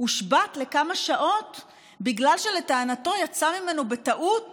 הושבת לכמה שעות בגלל שלטענתו יצאה ממנו בטעות